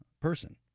person